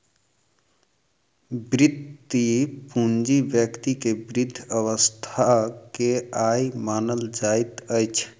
वृति पूंजी व्यक्ति के वृद्ध अवस्था के आय मानल जाइत अछि